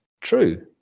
true